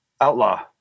outlaw